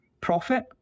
profit